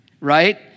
right